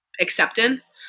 Acceptance